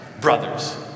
brothers